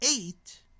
eight